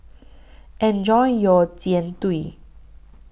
Enjoy your Jian Dui